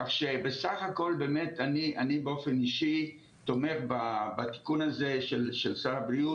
כך שבסך הכול באמת אני באופן אישי תומך בתיקון הזה של שר הבריאות.